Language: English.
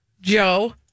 Joe